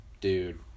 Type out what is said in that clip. dude